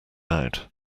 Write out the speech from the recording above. out